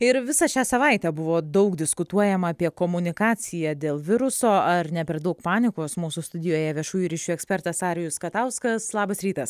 ir visą šią savaitę buvo daug diskutuojama apie komunikaciją dėl viruso ar ne per daug panikos mūsų studijoje viešųjų ryšių ekspertas arijus katauskas labas rytas